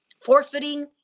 Forfeiting